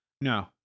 No